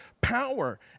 power